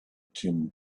tim